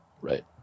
right